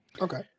Okay